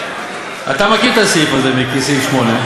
אתה מכיר את הסעיף הזה, מיקי, סעיף 8,